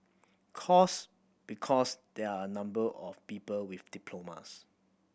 course because there are number of people with diplomas